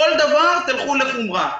כל דבר תלכו לחומרה.